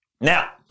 Now